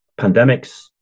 pandemics